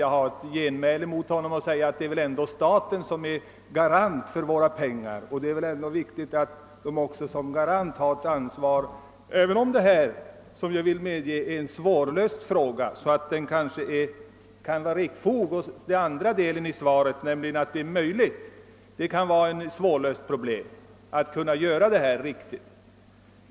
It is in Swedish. Jag vill genmäla att staten väl ändå är garant för våra pengar, och som sådan har staten ett ansvar. Jag kan dock medge att detta är en svårlöst fråga, varför det kanske kan finnas ett visst fog för den andra punkten i svaret, nämligen att det inte är möjligt att införa någon form av ersättning.